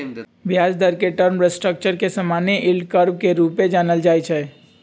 ब्याज दर के टर्म स्ट्रक्चर के समान्य यील्ड कर्व के रूपे जानल जाइ छै